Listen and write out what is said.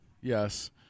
Yes